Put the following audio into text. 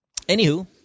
anywho